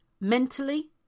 mentally